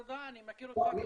רדא, אני מכיר אותך כמובן,